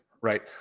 right